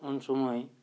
ᱩᱱ ᱥᱚᱢᱚᱭ